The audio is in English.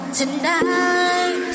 tonight